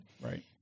right